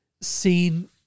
seen